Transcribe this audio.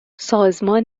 سازمان